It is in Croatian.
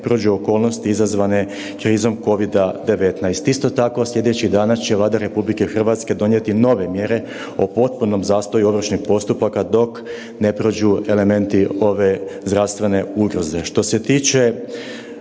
prođu okolnosti izazvane krizom COVID-19. Isto tako sljedećih dana će Vlada RH donijeti nove mjere o potpunom zastoju ovršnih postupaka dok ne prođu elementi ove zdravstvene ugroze. Što se tiče